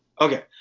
Okay